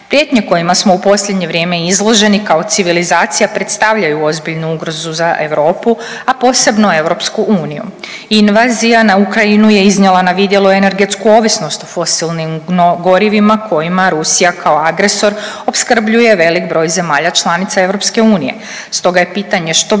Prijetnje kojima smo u posljednje vrijeme izloženi kao civilizacija predstavljaju ozbiljnu ugrozu za Europu, a posebno EU. Invazija na Ukrajinu je iznijela na vidjelo energetsku ovisnost o fosilnim gorivima kojima Rusija kao agresor opskrbljuje velik broj zemalja članica EU, stoga je pitanje što brže i